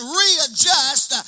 readjust